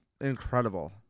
incredible